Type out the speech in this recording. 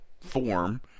form